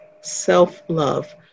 self-love